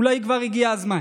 אולי כבר הגיע הזמן.